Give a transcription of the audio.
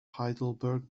heidelberg